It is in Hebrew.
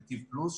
נתיב פלוס,